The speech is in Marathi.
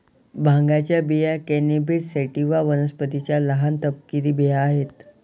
भांगाच्या बिया कॅनॅबिस सॅटिवा वनस्पतीच्या लहान, तपकिरी बिया आहेत